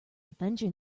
avenger